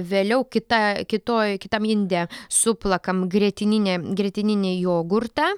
vėliau kita kitoj kitam inde suplakam grietininį grietininį jogurtą